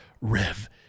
Rev